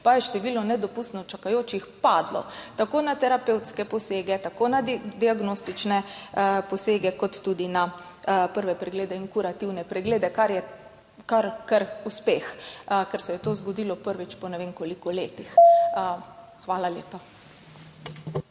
ker je bil spremenjen pravilnik, padlo, tako na terapevtske posege, tako na diagnostične posege kot tudi na prve preglede in kurativne preglede. Kar je kar uspeh, ker se je to zgodilo prvič po ne vem koliko letih. Hvala lepa.